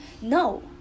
No